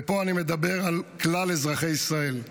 ופה אני מדבר על כלל אזרחי ישראל,